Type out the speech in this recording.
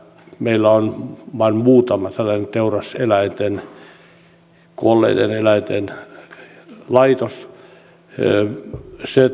meillä on vain muutama tällainen teuraseläinten kuolleiden eläinten laitos se